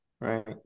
right